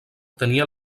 tenia